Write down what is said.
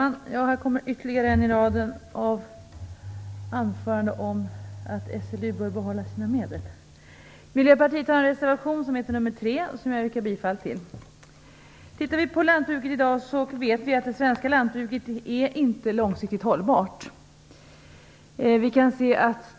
Fru talman! Här kommer ytterligare ett inlägg om att SLU borde få behålla sina medel. Miljöpartiet har en reservation, reservation 3, som jag yrkar bifall till. Vi vet att svenskt lantbruk inte är långsiktigt hållbart.